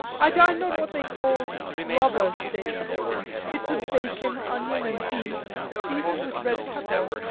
i dined on what they called robber steak bits of bacon, onion, and beef, seasoned with red pepper,